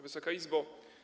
Wysoka Izbo!